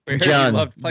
john